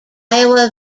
iowa